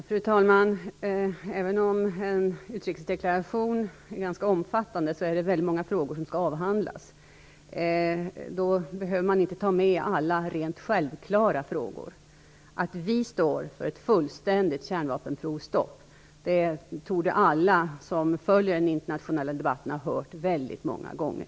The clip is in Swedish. Fru talman! Även om en utrikesdeklaration är ganska omfattande är det väldigt många frågor som skall avhandlas. Då behöver man inte ta med alla rent självklara frågor. Att vi står för ett fullständigt kärnvapenprovstopp torde alla som följer den internationella debatten ha hört väldigt många gånger.